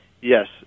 Yes